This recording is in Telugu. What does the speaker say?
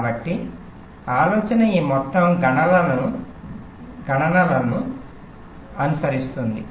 కాబట్టి ఆలోచన ఈ మొత్తం గణనలను అనుసరిస్తుంది